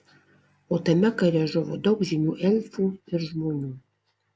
o tame kare žuvo daug žymių elfų ir žmonių